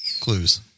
clues